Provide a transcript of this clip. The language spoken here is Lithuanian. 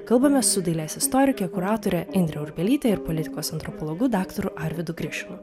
kalbamės su dailės istorike kuratore indre urbelyte ir politikos antropologu daktaru arvydu grišinu